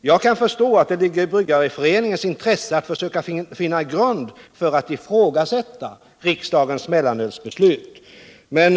Jag kan förstå att det ligger i Bryggareföreningens intresse att försöka finna grund för att ifrågasätta riksdagens mellanölsbeslut.